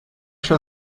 sure